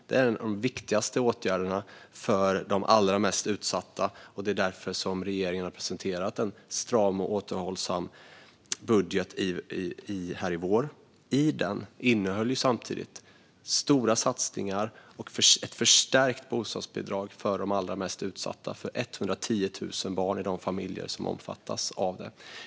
Det är den viktigaste åtgärden för de allra mest utsatta, och det är därför regeringen har presenterat en stram och återhållsam budget. Den innehöll samtidigt stora satsningar och ett förstärkt bostadsbidrag för de allra mest utsatta: för 110 000 barn i de familjer som omfattas av den.